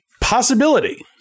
possibility